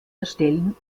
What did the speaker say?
erstellen